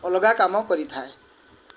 ଅଲଗା କାମ କରିଥାଏ